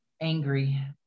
angry